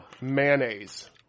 Mayonnaise